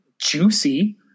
juicy